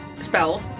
spell